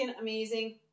amazing